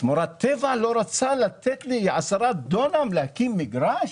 שמורת טבע, לא רצו לתת לי 10- דונם להקים מגרש.